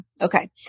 Okay